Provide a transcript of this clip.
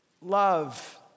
love